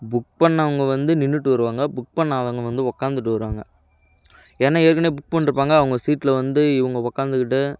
book பண்ணவங்க வந்து நின்றுட்டு வருவாங்க புக் பண்ணாதவங்க வந்து உட்காந்துட்டு வருவாங்க ஏன்னால் ஏற்கனவே புக் பண்ணிருப்பங்க அவங்க சீட்டில் வந்து இவங்க உட்காந்துக்கிட்டு